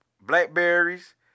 blackberries